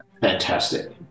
Fantastic